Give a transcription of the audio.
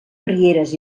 rieres